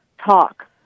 talk